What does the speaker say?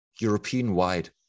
European-wide